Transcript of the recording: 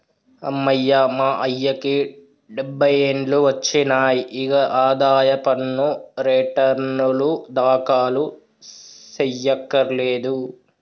అమ్మయ్య మా అయ్యకి డబ్బై ఏండ్లు ఒచ్చినాయి, ఇగ ఆదాయ పన్ను రెటర్నులు దాఖలు సెయ్యకర్లేదు